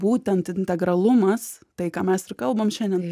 būtent integralumas tai ką mes ir kalbam šiandien